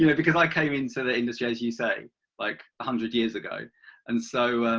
yeah because i came into the industry as you say like a hundred years ago and so